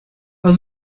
was